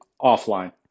offline